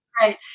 Right